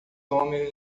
homens